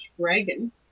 dragon